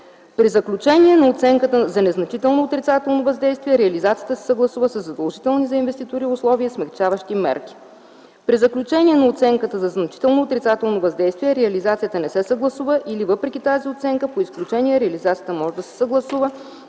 При заключение на оценката за незначително отрицателно въздействие, реализацията се съгласува със задължителни за инвеститора условия, смекчаващи мерки. При заключение на оценката за значително отрицателно въздействие реализацията не се съгласува или въпреки тази оценка по изключение реализацията може да се съгласува,